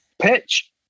pitch